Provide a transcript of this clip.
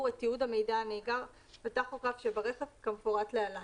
את תיעוד המידע הנאגר בטכוגרף שברכב כמפורט להלן: